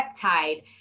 peptide